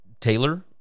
Taylor